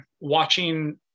Watching